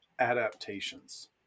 adaptations